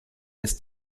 ist